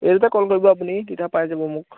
এইটোতে কল কৰিব আপুনি তেতিয়া পাই যাব মোক